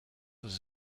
was